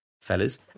fellas